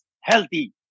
healthy